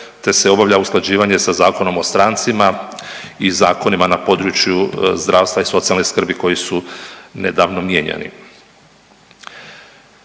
te se obavlja usklađivanje sa Zakonom o strancima i zakonima na području zdravstva i socijalne skrbi koji su nedavno mijenjani.